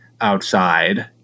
outside